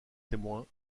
témoins